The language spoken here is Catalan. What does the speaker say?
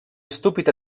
estúpid